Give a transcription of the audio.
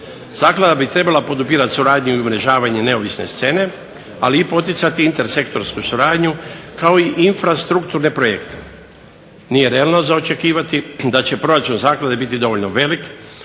Zaklada bi trebala podupirati suradnju i umrežavanje neovisne scene ali i poticati intersektorsku suradnju kao i infrastrukturne projekte, nije realno za očekivati da će proračun zaklade biti dovoljno velik